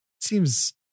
seems